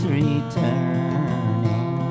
returning